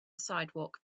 sidewalk